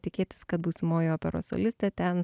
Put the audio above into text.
tikėtis kad būsimoji operos solistė ten